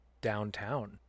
downtown